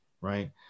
right